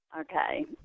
Okay